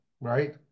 right